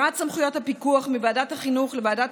העברת סמכויות הפיקוח מוועדת החינוך לוועדת